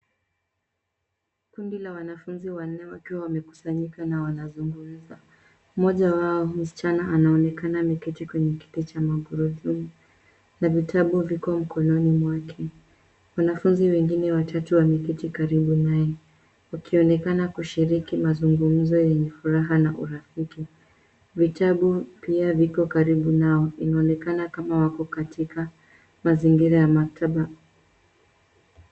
Kundi la wanafunzi wanne wakiwa wamekusanyika na wanazungumza. Mmoja wao msichana anaonekana ameketi kwenye kiti cha magurudumu na vitabu viko mkononi mwake. Wanafunzi wengine watatu wameketi karibu naye wakionekana kushiriki mazungumzo yenye furaha na urafiki. Vitabu pia viko karibu nao. Inaonekana wako katika mazingira ya maktaba.